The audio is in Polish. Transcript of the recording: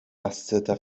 asceta